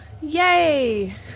Yay